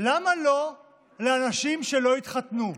למה לא לאנשים שלא התחתנו?